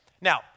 Now